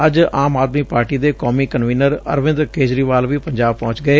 ਅੱਜ ਆਮ ਆਦਮੀ ਪਾਰਟੀ ਦੇ ਕੌਮੀ ਕਨਵੀਨਰ ਅਰਵਿੰਦ ਕੇਜਰੀਵਾਲ ਵੀ ਪੰਜਾਬ ਪਹੁੰਚ ਗਏ